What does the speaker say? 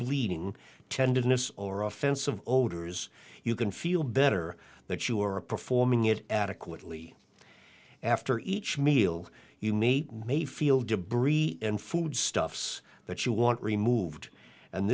bleeding tenderness or offensive odors you can feel better that you are performing it adequately after each meal you mate may feel debris and food stuffs that you want removed and